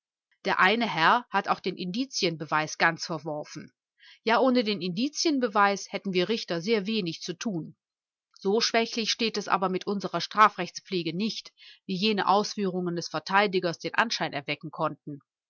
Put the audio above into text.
der eine herr hat auch den indizienbeweis ganz verworfen ja ohne den indizienbeweis hätten wir richter sehr wenig zu tun so schwächlich steht es aber mit unserer strafrechtspflege nicht wie jene ausführungen des verteidigers den anschein erwecken konnten